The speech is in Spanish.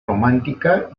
románica